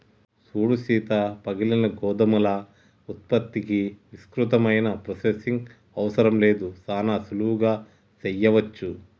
సూడు సీత పగిలిన గోధుమల ఉత్పత్తికి విస్తృతమైన ప్రొసెసింగ్ అవసరం లేదు సానా సులువుగా సెయ్యవచ్చు